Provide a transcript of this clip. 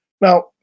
Now